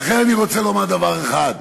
ולכן אני רוצה לומר דבר אחד: